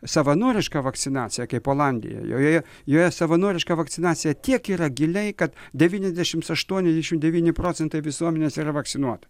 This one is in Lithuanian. savanorišką vakcinaciją kaip olandijoj joje joje savanoriška vakcinacija tiek yra giliai kad devyniasdešimts aštuoniasdešimt devyni procentai visuomenės yra vakcinuota